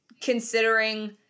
considering